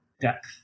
depth